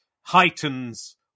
heightens